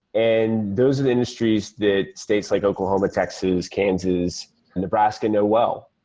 and those are the industries that states like oklahoma, texas, kansas and nebraska know well.